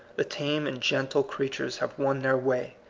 the tame and gentle creatures have won their way,